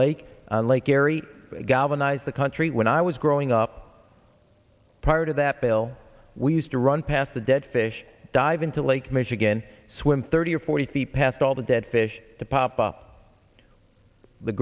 lake on lake erie galvanized the country when i was growing up prior to that bill we used to run past a dead fish dive into lake michigan swim thirty or forty feet past all the dead fish to pop up the